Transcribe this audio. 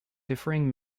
differing